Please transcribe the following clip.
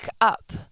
up